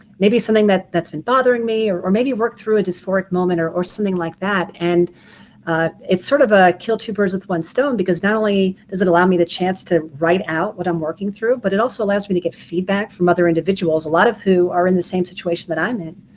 maybe something that that's been bothering me, or or maybe work through a dysphoric moment or or something like that. and it's sort of a kill two birds with one stone because not only does it allow me the chance to write out what i'm working through, but it also allows me to get feedback from other individuals, a lot of who are in the same situation that i'm in.